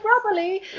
properly